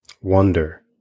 wonder